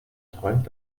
träumt